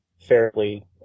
fairly